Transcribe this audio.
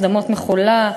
שדמות-מחולה,